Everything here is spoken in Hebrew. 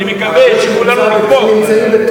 אני מקווה שנוכל כולנו לתמוך.